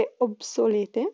obsolete